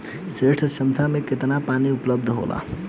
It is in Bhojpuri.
क्षेत्र क्षमता में केतना पानी उपलब्ध होला?